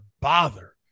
bother